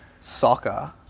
soccer